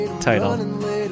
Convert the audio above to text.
title